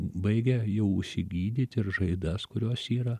baigia jau užsigydyt žaizdas kurios yra